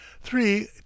three